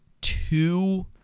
two